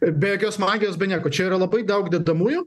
be jokios magijos be nieko čia yra labai daug dedamųjų